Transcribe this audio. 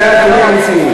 אלה הנתונים האמיתיים.